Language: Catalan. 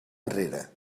enrere